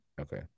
Okay